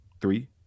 three